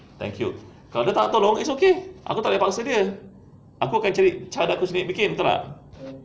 thank you kalau dia tak nak tolong it's okay aku tak payah paksa dia aku akan cari cara aku sendiri bikin betul tak